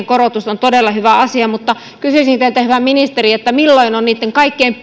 korotus on todella hyvä asia mutta kysyisin teiltä hyvä ministeri milloin on niitten kaikkein